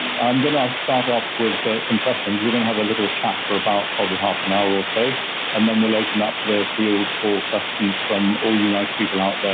um going to start off with some questions, we're going to have a little chat for about probably half an hour or so and then we will open up the field for questions from all you nice people out there,